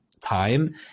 time